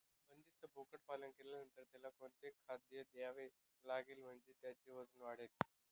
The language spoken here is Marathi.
बंदिस्त बोकडपालन केल्यानंतर त्याला कोणते खाद्य द्यावे लागेल म्हणजे त्याचे वजन वाढेल?